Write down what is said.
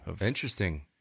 Interesting